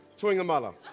Twingamala